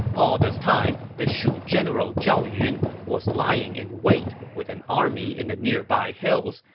all this time, the shu general zhao yun was lying in wait with an army in the nearby hills,